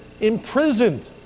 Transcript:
imprisoned